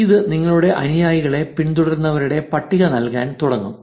ഇത് നിങ്ങളുടെ അനുയായികളെ പിന്തുടരുന്നവരുടെ പട്ടിക നല്കാൻ തുടങ്ങും